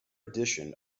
edition